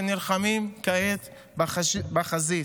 שנלחמים כעת בחזית.